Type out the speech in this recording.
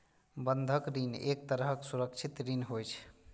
बंधक ऋण एक तरहक सुरक्षित ऋण होइ छै